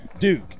Duke